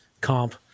comp